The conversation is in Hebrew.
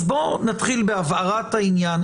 אז בוא נתחיל בהבהרת העניין.